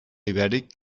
ibèric